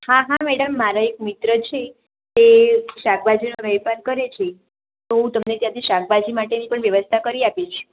હા હા મેડમ મારા એક મિત્ર છે એ શાકભાજીનો વેપાર કરે છે તો હું તમને ત્યાંથી શાકભાજી માટે પણ વ્યવસ્થા કરી આપીશ